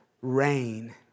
rain